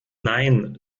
nein